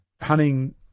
hunting